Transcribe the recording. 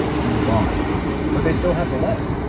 he's gone but they still have the letter,